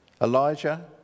Elijah